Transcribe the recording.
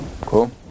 Cool